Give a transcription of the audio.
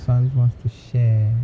sun wants to share